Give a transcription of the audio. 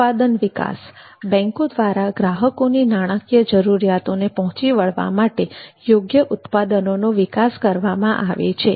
ઉત્પાદન વિકાસ બેન્કો દ્વારા ગ્રાહકોની નાણાકીય જરૂરિયાતોને પહોંચી વળવા માટે યોગ્ય ઉત્પાદનોનો વિકાસ કરવામાં આવે છે